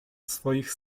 swoich